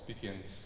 begins